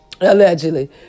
Allegedly